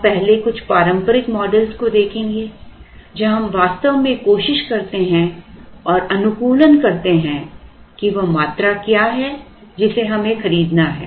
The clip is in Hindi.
हम पहले कुछ पारंपरिक मॉडलों को देखेंगे जहां हम वास्तव में कोशिश करते हैं और अनुकूलन करते हैं कि वह मात्रा क्या है जिसे हमें खरीदना है